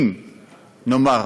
אם נאמר,